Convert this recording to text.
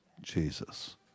Jesus